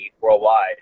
worldwide